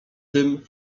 tym